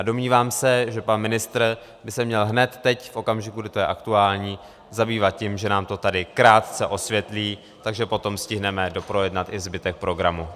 Domnívám se, že pan ministr by se měl hned teď, v okamžiku, kdy to je aktuální, zabývat tím, že nám to tady krátce osvětlí, takže potom stihneme doprojednat i zbytek programu.